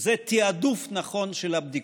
זה תעדוף נכון של הבדיקות.